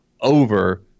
over